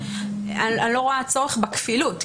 אני לא רואה צורך בכפילות.